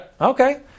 Okay